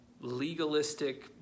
legalistic